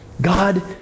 god